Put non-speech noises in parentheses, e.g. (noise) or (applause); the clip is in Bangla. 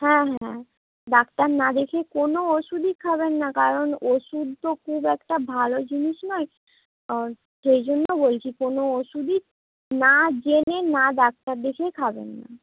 হ্যাঁ হ্যাঁ ডাক্তার না দেখিয়ে কোনো ওষুধই খাবেন না কারণ ওষুধ তো খুব একটা ভালো জিনিস নয় (unintelligible) সেই জন্য বলছি কোনো ওষুধই না জেনে না ডাক্তার দেখিয়ে খাবেন না